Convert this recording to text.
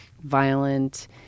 violent